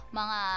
mga